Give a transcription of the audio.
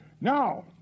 Now